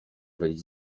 być